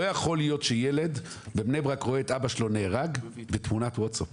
לא יכול להיות שילד בבני ברק רואה את אבא שלו נהרג בתמונת וואטס אפ.